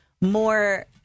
more